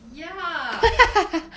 !yucks!